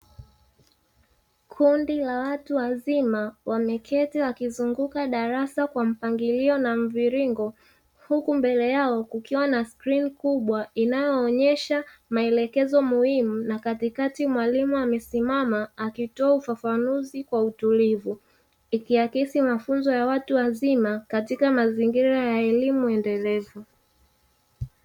Kundi la watu wazima wameketi wakizunguka darasa kwa mpangilio na mviringo, huku mbele yao kukiwa na skrini kubwa inayoonyesha maelekezo muhimu na katikati mwalimu amesimama akitoa ufafanuzi kwa utulivu, ikiakisi mafunzo ya watu wazima katika mazingira ya elimu endelevu.